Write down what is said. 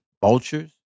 vultures